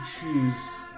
choose